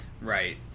Right